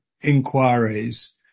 inquiries